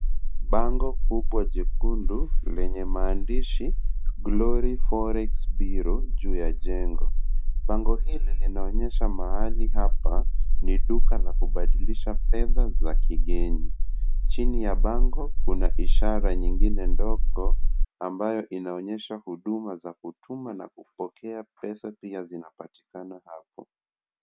Bango kubwa jekundu lenye maandishi Glory Forex Bureau juu ya jengo, bango hili linaonyesha mahali hapa ni duka la kubadilisha fedha za kigeni, chini ya bango kuna ishara nyingine ndogo ambayo inaonyesha huduma za kutuma na kupokea pesa na pia zinapatikana hapo.